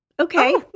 Okay